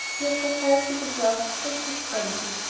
you are precisely the girl to take his fancy.